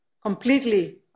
completely